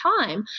time